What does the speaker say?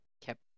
kept